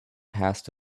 past